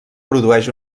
produeix